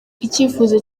icyifuzo